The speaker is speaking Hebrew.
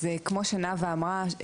אז כמו שנאווה אמרה,